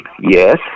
yes